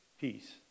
peace